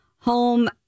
home